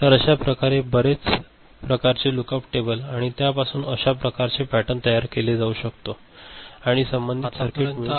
तर अशा प्रकारे बरेच प्रकारचे लुक अप टेबल आणि त्या पासून अश्या प्रकारचे पॅटर्न तयार केला जाऊ शकतो आणि संबंधित सर्किट मिळू शकेल